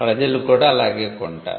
ప్రజలు కూడా అలాగే కొంటారు